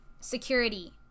security